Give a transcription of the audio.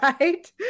right